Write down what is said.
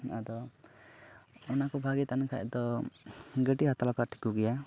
ᱟᱫᱚ ᱚᱱᱟ ᱠᱚ ᱵᱷᱟᱹᱜᱤ ᱛᱟᱦᱮᱱ ᱠᱷᱟᱱ ᱫᱚ ᱜᱟᱹᱰᱤ ᱦᱟᱛᱟᱣ ᱞᱮᱠᱷᱟᱱ ᱴᱷᱤᱠᱚᱜ ᱜᱮᱭᱟ